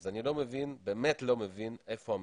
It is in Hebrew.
אז אני לא מבין, באמת לא מבין איפה המדינה.